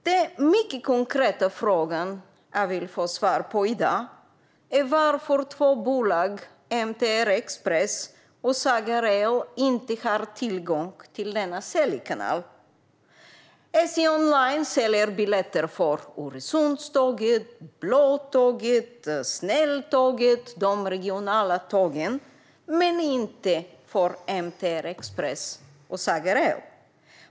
Den mycket konkreta fråga som jag vill få svar på i dag är varför två bolag, MTR Express och Saga Rail, inte har tillgång till denna säljkanal. SJ online säljer biljetter för Öresundståget, Blå Tåget, Snälltåget och för de regionala tågen men inte för MTR Express och Saga Rail.